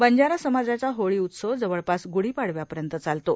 बंजारा समाजाचा होळी उत्सव जवळपास गुडीपाडव्यापर्यंत चालतो